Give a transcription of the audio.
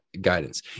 guidance